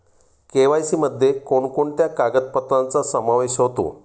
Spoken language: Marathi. के.वाय.सी मध्ये कोणकोणत्या कागदपत्रांचा समावेश होतो?